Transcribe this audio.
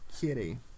Kitty